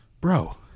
bro